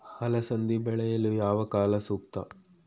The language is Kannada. ಅಲಸಂದಿ ಬೆಳೆಯಲು ಯಾವ ಕಾಲ ಸೂಕ್ತ?